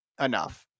enough